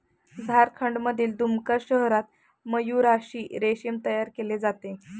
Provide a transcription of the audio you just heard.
झारखंडमधील दुमका शहरात मयूराक्षी रेशीम तयार केले जाते